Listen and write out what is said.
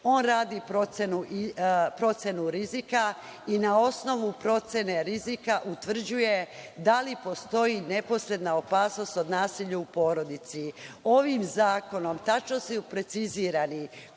On radi procenu rizika i na osnovu procene rizika utvrđuje da li postoji neposredna opasnost od nasilja u porodici. Ovim zakonom tačno su precizirani